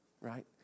right